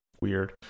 weird